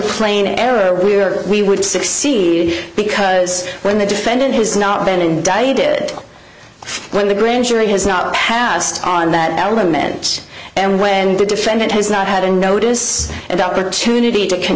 plain error we are we would succeed because when the defendant has not been indicted when the grand jury has not passed on that image and when the defendant has not had a notice and opportunity to c